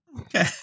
Okay